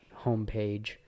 homepage